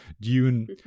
Dune